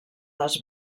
les